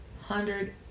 hundred